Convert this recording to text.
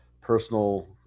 personal